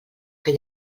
que